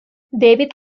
david